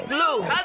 Blue